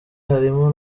harimo